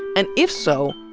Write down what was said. and if so,